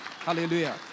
Hallelujah